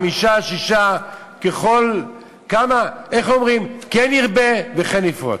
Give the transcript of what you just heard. חמישה, שישה, איך אומרים, כן ירבה וכן יפרוץ.